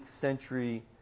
century